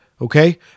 Okay